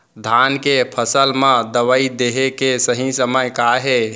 धान के फसल मा दवई देहे के सही समय का हे?